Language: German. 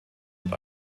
und